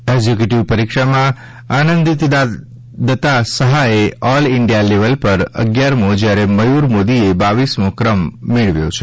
executive પરીક્ષામાં અનંતિદતા સહા એ ઓલ ઇન્ડિયા લેવલ પર અગિયારમો જ્યારે મયુર મોદીએ બાવીસમો ક્રમ મેળવ્યો છે